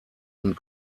und